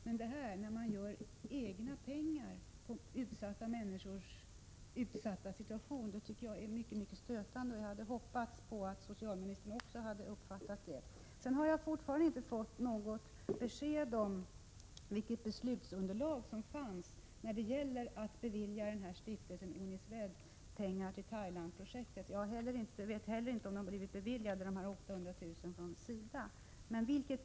Men jag tycker att det är stötande att man som här gör pengar på människors utsatta situation. Jag hade hoppats att också socialministern skulle tycka det. Jag har fortfarande inte fått något besked om på vilket underlag stiftelsen Uniswed beviljades pengar till projektet i Thailand. Jag vet inte heller om stiftelsens ansökan om 800 000 kr. från SIDA har beviljats.